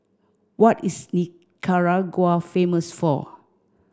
what is Nicaragua famous for